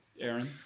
Aaron